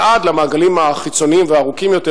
ועד למעגלים החיצוניים והארוכים יותר,